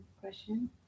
question